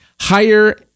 higher